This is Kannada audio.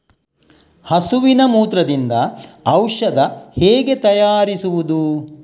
ಹಸುವಿನ ಮೂತ್ರದಿಂದ ಔಷಧ ಹೇಗೆ ತಯಾರಿಸುವುದು?